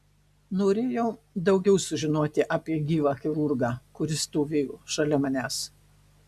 norėjau daugiau sužinoti apie gyvą chirurgą kuris stovėjo šalia manęs